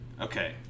Okay